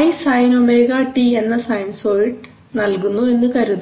i sin ωt എന്ന sinusoid നൽകുന്നു എന്ന് കരുതുക